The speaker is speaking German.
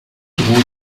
droht